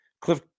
Cliff